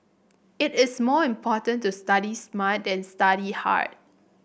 it is more important to study smart than study hard